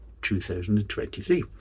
2023